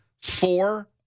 four